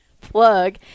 plug